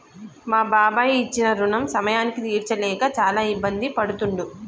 మా బాబాయి ఇచ్చిన రుణం సమయానికి తీర్చలేక చాలా ఇబ్బంది పడుతుండు